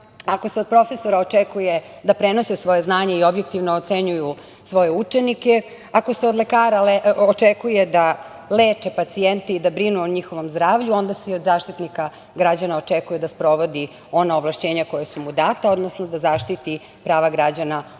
ako se od profesora očekuje da prenose svoje znanje i objektivno ocenjuju svoje učenike, ako se od lekara očekuje da leče pacijente i da brinu o njihovom zdravlju, onda se i od Zaštitnika građana očekuje da sprovodi ona ovlašćenja koja su mu data, odnosno da zaštiti prava građana onde